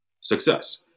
Success